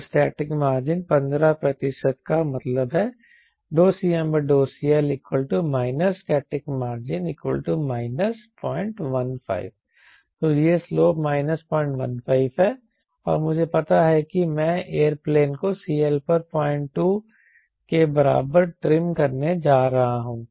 तो static margin 15 प्रतिशत का मतलब है CmCL SM 015 तो यह स्लोप 015 है और मुझे पता है कि मैं एयरप्लेन को CL पर 02 के बराबर ट्रिम करने जा रहा हूं